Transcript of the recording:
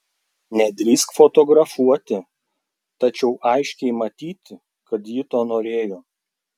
nedrįsk fotografuoti tačiau aiškiai matyti kad ji to norėjo